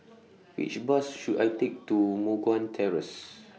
Which Bus should I Take to Moh Guan Terrace